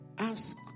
Ask